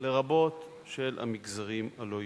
לרבות של המגזרים הלא-יהודיים.